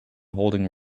holding